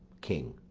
king.